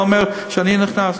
זה לא אומר שאני נכנס,